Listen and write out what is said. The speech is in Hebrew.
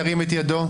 ירים את ידו.